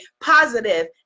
positive